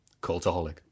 Cultaholic